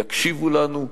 יקשיבו לנו.